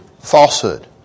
Falsehood